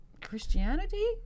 Christianity